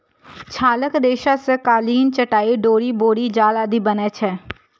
छालक रेशा सं कालीन, चटाइ, डोरि, बोरी जाल आदि बनै छै